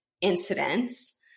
incidents